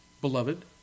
Beloved